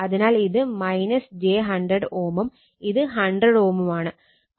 അതിനാൽ ഇത് j 100 Ω ഉം ഇത് 100 Ω ഉം ആണ്